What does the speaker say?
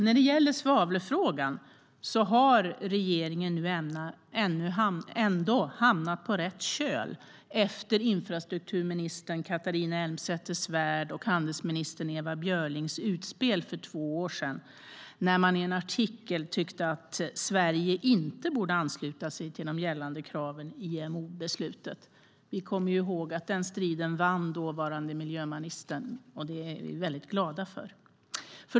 När det gäller svavelfrågan har regeringen nu trots allt hamnat på rätt köl - efter infrastrukturminister Catharina Elmsäter-Svärds och handelsminister Ewa Björlings utspel för två år sedan då de i en artikel skrev att Sverige inte borde ansluta sig till de gällande kraven i IMO-beslutet. Vi kommer ihåg att den striden vanns av den dåvarande miljöministern, vilket vi är mycket glada för.